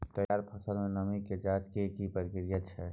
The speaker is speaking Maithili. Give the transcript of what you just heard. तैयार फसल में नमी के ज जॉंच के की प्रक्रिया छै?